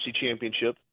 Championship